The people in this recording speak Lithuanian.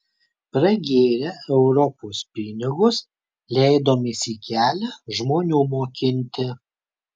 pragėrę europos pinigus leidomės į kelią žmonių mokinti